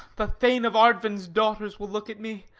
the thane of ardven's daughters will look at me,